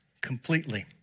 completely